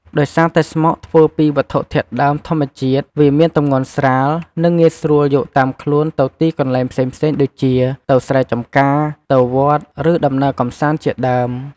ដោយសារតែស្មុកធ្វើពីវត្ថុធាតុដើមធម្មជាតិ វាមានទម្ងន់ស្រាល និងងាយស្រួលយកតាមខ្លួនទៅទីកន្លែងផ្សេងៗដូចជា ទៅស្រែចំការ ទៅវត្ត ឬដំណើរកម្សាន្តជាដើម។